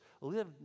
live